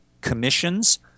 commissions